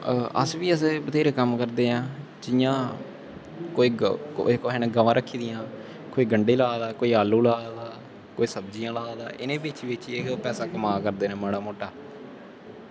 अस बी ऐसे बथ्हेरे कम्म करदे आं जि'यां कोई कुसै ने गवां रक्खी दियां कोई गंडे ला दा कोई आलू ला दा कोई सब्ज़ियां ला दा इ'यै बेची बेचियै पैसा कमा करदे न माड़ा मोटा